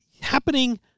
happening